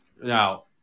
now